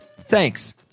Thanks